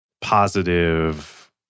positive